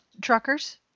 truckers